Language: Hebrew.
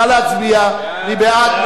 נא להצביע, מי בעד?